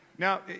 Now